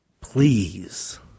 Please